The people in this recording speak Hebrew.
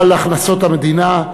על הכנסות המדינה,